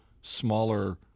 smaller